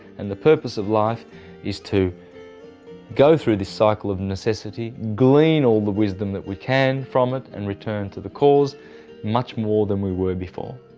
and the purpose of life is to go through this cycle of necessity, glean all the wisdom that we can from it and return to the cause much more than we were before.